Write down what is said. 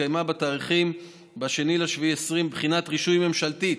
התקיימה ב-2 ביולי 2020 בחינת רישוי ממשלתית,